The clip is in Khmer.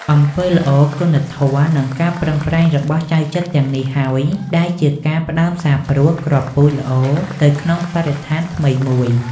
អំពើល្អ គុណធម៌ និងការប្រឹងប្រែងរបស់ចៅចិត្រទាំងនេះហើយដែលជាការផ្ដើមសាបព្រោះគ្រាប់ពូជល្អនៅក្នុងបរិស្ថានថ្មីមួយ។